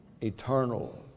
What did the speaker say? eternal